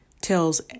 tells